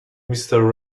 wrestling